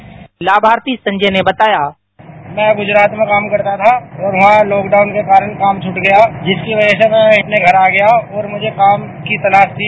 लामार्थी संजय ने बताया भैं गुजरात में काम करता था और वहां लॉकडाउन के कारण काम छुट गया जिसकी वजह से मैं अपने घर आ गया और मुझे काम की तलाश थी